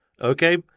okay